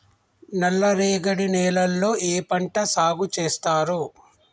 నల్లరేగడి నేలల్లో ఏ పంట సాగు చేస్తారు?